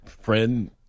friend